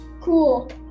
Cool